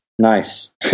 Nice